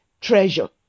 treasure